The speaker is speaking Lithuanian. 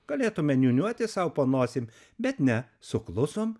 galėtume niūniuoti sau po nosim bet ne suklusom